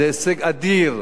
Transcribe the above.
זה הישג אדיר.